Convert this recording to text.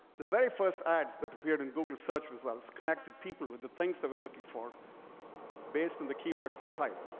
the very first ads that appeared in google search results connected people with the things they were looking for based on the keywords they typed.